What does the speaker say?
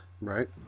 Right